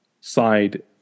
side